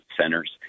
centers